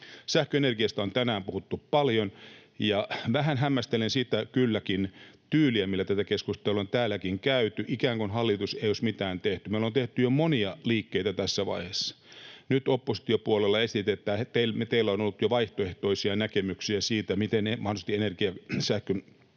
Sähköenergiasta on tänään puhuttu paljon, ja vähän hämmästelen kylläkin sitä tyyliä, millä tätä keskustelua on täälläkin käyty, ikään kuin hallitus ei olisi mitään tehnyt. Me ollaan tehty jo monia liikkeitä tässä vaiheessa. Nyt oppositiopuolella esitetään, että teillä on ollut jo vaihtoehtoisia näkemyksiä siitä, miten mahdollisesti sähköenergian